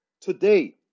today